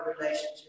relationship